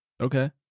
okay